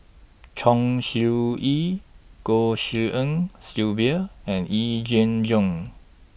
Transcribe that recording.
Chong Siew Ying Goh Tshin En Sylvia and Yee Jenn Jong